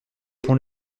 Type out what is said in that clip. pont